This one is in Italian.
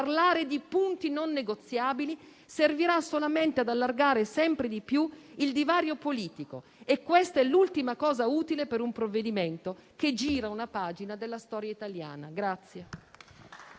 parlare di punti non negoziabili servirà solamente ad allargare sempre di più il divario politico e questa è l'ultima cosa utile per un provvedimento che gira una pagina della storia italiana.